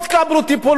לא תשתו.